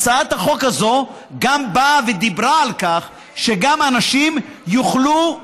הצעת החוק הזאת גם באה ודיברה על כך שאנשים יוכלו גם